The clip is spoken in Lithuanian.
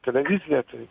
televiziją tai